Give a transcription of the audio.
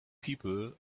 people